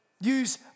use